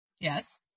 Yes